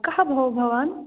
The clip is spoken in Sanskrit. कः भो भवान्